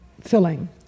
filling